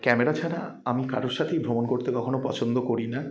camera ছাড়া আমি কারোর সাথেই ভ্রমণ কোত্তে কখনও পছন্দ করি না